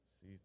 see